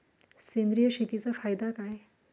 सेंद्रिय शेतीचा फायदा काय?